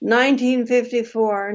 1954